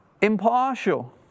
impartial